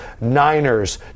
Niners